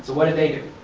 what did they do?